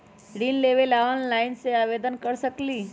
ऋण लेवे ला ऑनलाइन से आवेदन कर सकली?